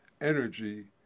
energy